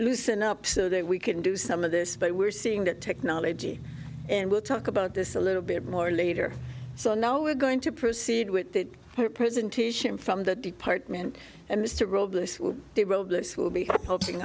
loosen up so that we can do some of this but we're seeing that technology and we'll talk about this a little bit more later so now we're going to proceed with the presentation from the department and mr rob the roadless will be helping